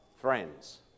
friends